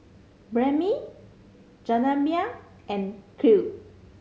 Banh Mi Jajangmyeon and Kheer